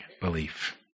belief